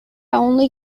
only